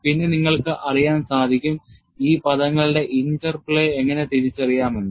പിന്നെ നിങ്ങൾക്ക് അറിയാൻ സാധിക്കും ഈ പദങ്ങളുടെ ഇന്റർപ്ലേ എങ്ങനെ തിരിച്ചറിയാം എന്ന്